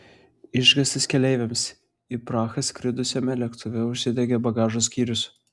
išgąstis keleiviams į prahą skridusiame lėktuve užsidegė bagažo skyrius